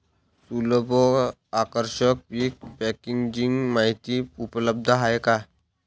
सुलभ व आकर्षक पीक पॅकेजिंग माहिती उपलब्ध आहे का?